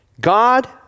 God